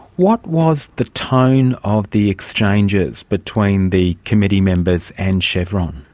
what was the tone of the exchanges between the committee members and chevron?